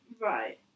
Right